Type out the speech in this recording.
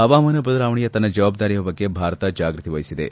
ಹವಾಮಾನ ಬದಲಾವಣೆಯ ತನ್ನ ಜವಾಬ್ದಾರಿಯ ಬಗ್ಗೆ ಭಾರತ ಜಾಗೃತಿ ವಹಿಸಿದೆ